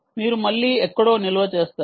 మీరు మళ్ళీ ఎక్కడో నిల్వ చేస్తారు